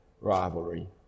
rivalry